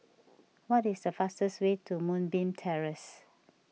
what is the fastest way to Moonbeam Terrace